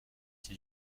did